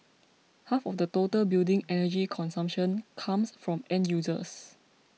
half of the total building energy consumption comes from end users